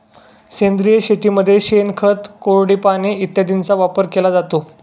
सेंद्रिय शेतीमध्ये शेणखत, कोरडी पाने इत्यादींचा वापर केला जातो